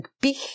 big